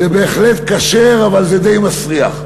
זה בהחלט כשר אבל זה די מסריח.